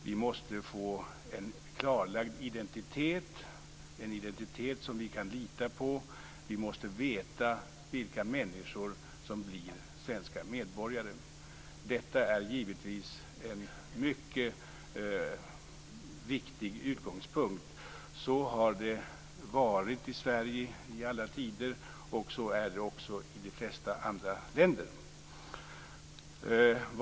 Vi måste få en klarlagd identitet, dvs. en identitet som vi kan lita på. Vi måste veta vilka människor som blir svenska medborgare. Detta är givetvis en mycket viktig utgångspunkt. Så har det varit i Sverige i alla tider och så är det också i de flesta andra länder.